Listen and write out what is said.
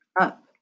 Up